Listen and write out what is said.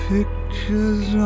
Pictures